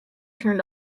turned